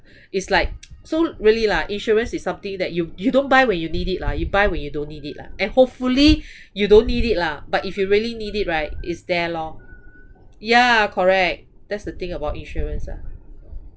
it's like so really lah insurance is something that you you don't buy where you need it lah you buy when you don't need it lah and hopefully you don't need it lah but if you really need it right it's there lor ya correct that's the thing about insurance lah